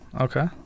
Okay